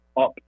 up